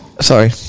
Sorry